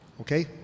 Okay